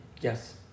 yes